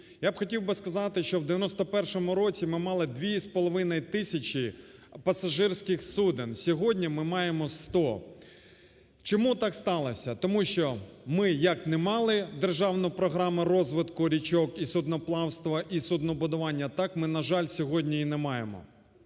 Я б хотів би сказати, що в 1991 році ми мали 2,5 тисячі пасажирських суден, сьогодні ми маємо 100. Чому так сталося? Тому що ми як не мали державну програму розвитку річок і судноплавства, і суднобудування, так ми, на жаль, сьогодні і не маємо.